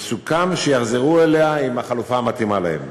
וסוכם שיחזרו אליה עם החלופה המתאימה להם.